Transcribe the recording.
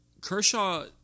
Kershaw